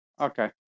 Okay